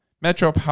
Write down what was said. Metro